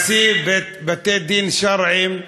השופט, נשיא בתי-הדין השרעיים,